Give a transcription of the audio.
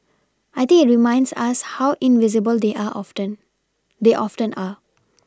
I think it reminds us how invisible they are often they often are